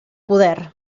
poder